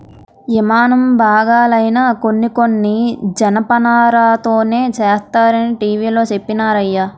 యిమానం బాగాలైనా కొన్ని కొన్ని జనపనారతోనే సేస్తరనీ టీ.వి లో చెప్పినారయ్య